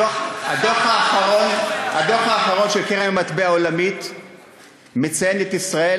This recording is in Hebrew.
הדוח האחרון של קרן המטבע העולמית מציין את ישראל,